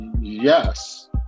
yes